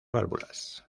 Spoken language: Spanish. válvulas